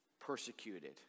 persecuted